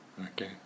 Okay